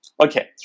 Okay